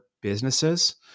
businesses